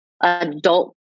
adult